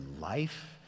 life